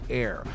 air